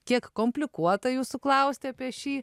kiek komplikuota jūsų klausti apie šį